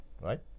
right